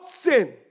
sin